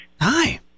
Hi